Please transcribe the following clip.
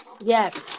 Yes